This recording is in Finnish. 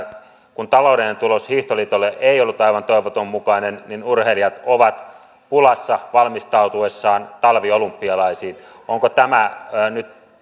taloudellinen tulos hiihtoliitolle ei ollut aivan toivotun mukainen urheilijat ovat pulassa valmistautuessaan talviolympialaisiin onko tämä nyt